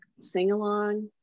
sing-along